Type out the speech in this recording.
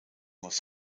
was